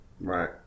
Right